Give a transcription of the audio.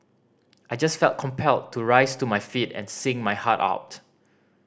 I just felt compelled to rise to my feet and sing my heart out